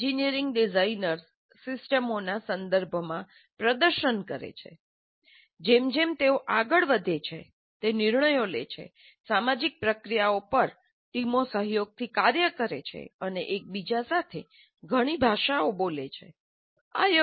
engineering designers સિસ્ટમો નાં સંદર્ભમાં પ્રદર્શન કરે છે જેમ જેમ તેઓ આગળ વધે છે તે નિર્ણયો લે છે સામાજિક પ્રક્રિયા પર ટીમો સહયોગથી કાર્ય કરે છે અને એકબીજા સાથે ઘણી ભાષાઓ બોલે છે આ ડિઝાઇન ભાષાઓ છે